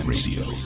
Radio